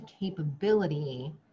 capability